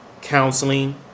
counseling